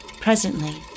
Presently